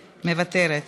מוותרת,